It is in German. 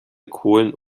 kohlen